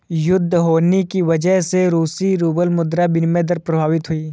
युद्ध होने की वजह से रूसी रूबल मुद्रा विनिमय दर प्रभावित हुई